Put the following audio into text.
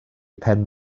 pen